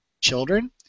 children